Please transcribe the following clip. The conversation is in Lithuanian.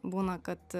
būna kad